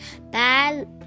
bad